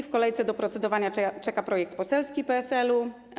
W kolejce do procedowania czeka projekt poselski PSL-u.